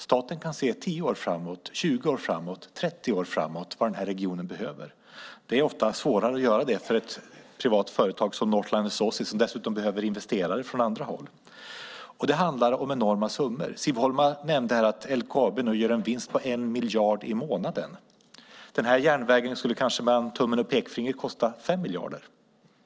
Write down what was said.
Staten kan se vad regionen behöver 10 år framåt, 20 år framåt, 30 år framåt. Det är svårare att se för ett privat företag som Northland Resources, som dessutom behöver investerare från andra håll. Det handlar om enorma summor. Siv Holma nämnde att LKAB gör en vinst på 1 miljard i månaden. Den här järnvägen skulle, mellan tummen och pekfingret, kanske kosta 5 miljarder.